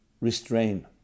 Restrain